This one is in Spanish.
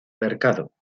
mercado